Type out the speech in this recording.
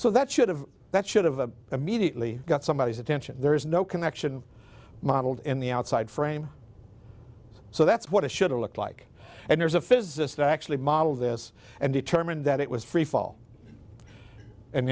so that should have that should have a immediately got somebody attention there is no connection modeled in the outside frame so that's what it should have looked like and there's a physicist actually model this and determined that it was freefall and